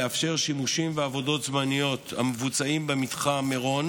לאפשר שימושים בעבודות זמניות המבוצעות במתחם מירון